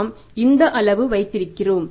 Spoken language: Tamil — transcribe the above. நாம் இந்த அளவு வைத்திருக்கிறோம்